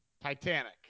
Titanic